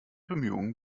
bemühungen